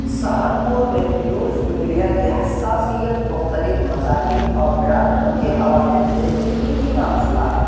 سہارنپور میں news media کی حساسیت مختلف مذاہب اور برادریوں کے حوالے سے ایک پیچیدہ مسئلہ ہے